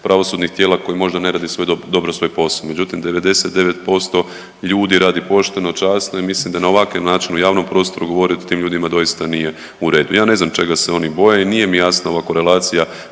pravosudnih tijela koji možda ne radi svoj, dobro svoj posao, međutim 99% ljudi radi pošteno i časno i mislim da na ovakav način u javnom prostoru govorit o tim ljudima doista nije u redu. Ja ne znam čega se oni boje i nije mi jasna ova korelacija